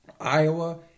Iowa